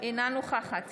אינה נוכחת